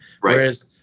Whereas